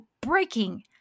breaking